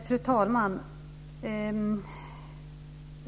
Fru talman!